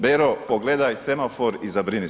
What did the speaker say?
Bero pogledaj semafor i zabrini se.